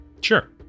Sure